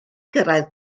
gyrraedd